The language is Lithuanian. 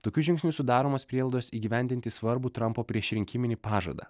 tokiu žingsniu sudaromos prielaidos įgyvendinti svarbų trampo priešrinkiminį pažadą